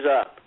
up